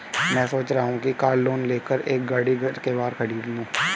मैं सोच रहा हूँ कि कार लोन लेकर एक गाड़ी घर के बाहर खड़ी करूँ